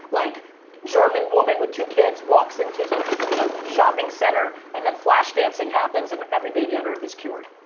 like german woman with two kids walks into so you know shopping center and then flash dancing happens and every baby on earth is cured.